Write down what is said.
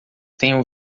tenho